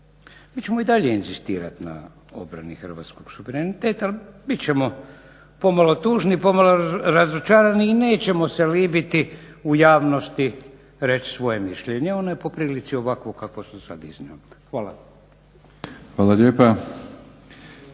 mi ćemo i dalje inzistirati na obrani hrvatskog suvereniteta, ali bit ćemo pomalo tužni, pomalo razočarani i nećemo se libiti u javnosti reći svoje mišljenje. Ono je po prilici ovakvo kako sam sad iznio. Hvala. **Batinić,